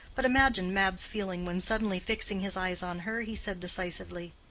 but imagine mab's feeling when suddenly fixing his eyes on her, he said decisively,